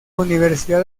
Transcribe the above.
universidad